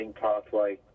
pathway